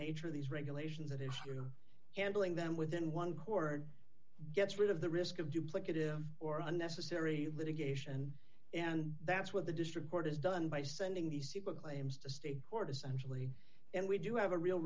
nature of these regulations that if you're handling them within one chord gets rid of the risk of duplicative or unnecessary litigation and that's what the district court has done by sending these people claims to state court essentially and we do have a real